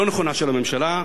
לא נכונה של הממשלה,